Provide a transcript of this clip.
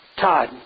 Todd